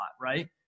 right